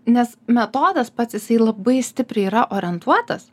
nes metodas pats jisai labai stipriai yra orientuotas